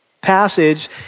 passage